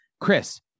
Chris